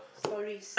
stories